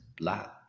black